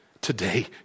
today